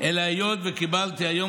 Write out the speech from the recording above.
אלא היות שקיבלתי היום